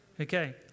Okay